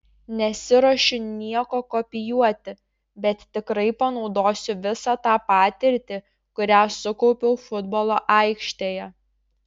nesiruošiu nieko kopijuoti bet tikrai panaudosiu visą tą patirtį kurią sukaupiau futbolo aikštėje